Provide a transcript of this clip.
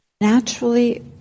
naturally